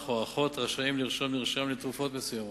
או אחות רשאים לרשום מרשם לתרופות מסוימות.